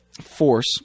force